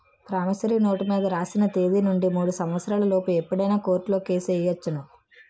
promissory note మీద రాసిన తేదీ నుండి మూడు సంవత్సరాల లోపు ఎప్పుడైనా కోర్టులో కేసు ఎయ్యొచ్చును